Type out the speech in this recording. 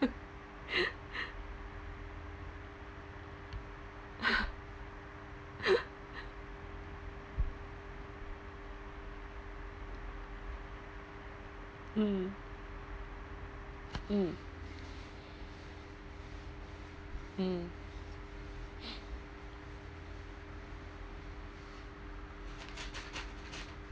mm mm mm